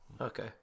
okay